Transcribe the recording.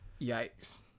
Yikes